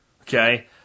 Okay